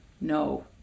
no